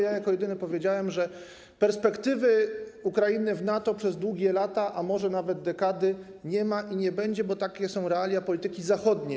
Jako jedyny powiedziałem, że perspektywy Ukrainy w NATO przez długie lata, a może nawet dekady nie ma i nie będzie, bo takie są realia polityki zachodniej.